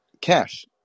Cash